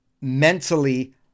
mentally